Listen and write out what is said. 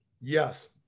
yes